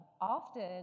often